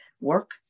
work